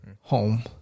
home